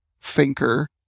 thinker